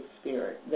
spirit